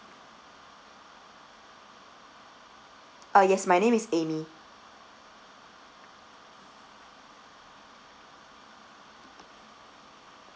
uh yes my name is amy